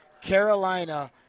Carolina